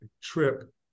trip